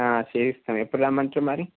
చేయిస్తాం ఎప్పుడు రమ్మంటరు మరి